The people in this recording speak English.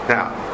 Now